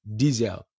diesel